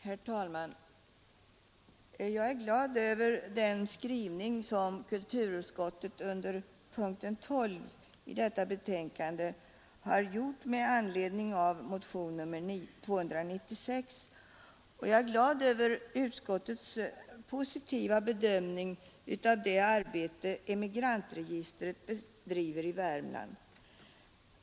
Herr talman! Jag är glad över den skrivning som kulturutskottet under punkten 12 i detta betänkande gjort med anledning av motionen 296, och jag är glad över utskottets positiva bedömning av det arbete Emigrantregistret bedriver i Värmland.